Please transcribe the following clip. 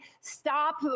Stop